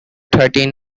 thirteen